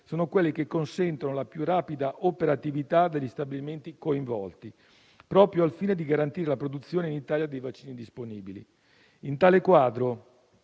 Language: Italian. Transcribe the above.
sono quelli che consentono la più rapida operatività degli stabilimenti coinvolti, proprio al fine di garantire la produzione in Italia dei vaccini disponibili. In tale quadro,